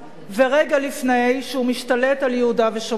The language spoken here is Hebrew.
ורגע לפני שהוא משתלט על יהודה ושומרון.